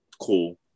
cool